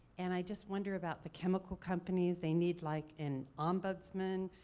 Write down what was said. and i just wonder about the chemical companies, they need like an ombudsman,